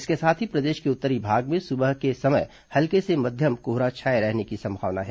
इसके साथ ही प्रदेश के उत्तरी भाग में सुबह के समय हल्के से मध्यम कोहरा छाए रहने की भी संभावना है